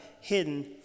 hidden